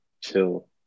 chill